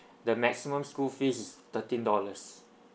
the maximum school fees is thirteen dollars